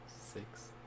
Six